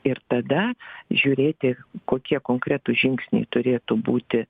ir tada žiūrėti kokie konkretūs žingsniai turėtų būti